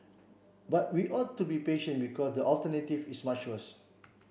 but we ought to be patient because the alternative is much worse